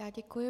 Děkuji.